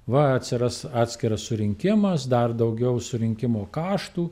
va atsiras atskiras surinkimas dar daugiau surinkimo kaštų